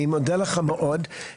אני מודה לך מאוד.